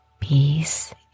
Peace